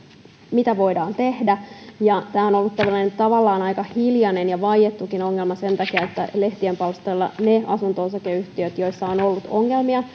mitä voidaan tehdä ja tämä on on ollut tämmöinen tavallaan aika hiljainen ja vaiettukin ongelma sen takia että lehtien palstoilla ne asunto osakeyhtiöt joissa on on ollut ongelmia